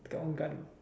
get one gun